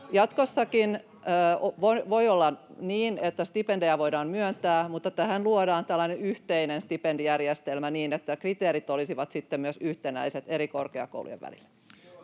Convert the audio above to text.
Jatkossakin voi olla niin, että stipendejä voidaan myöntää, mutta tähän luodaan tällainen yhteinen stipendijärjestelmä niin, että kriteerit olisivat sitten myös yhtenäiset eri korkeakoulujen välillä.